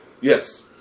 yes